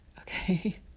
okay